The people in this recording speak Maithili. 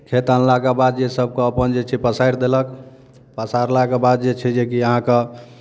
खेत अनलाके बाद जे सभकेँ अपन जे छै पसारि देलक पसारलाके बाद जे छै जेकि अहाँकेँ